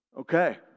Okay